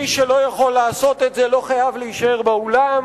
מי שלא יכול לעשות את זה לא חייב להישאר באולם.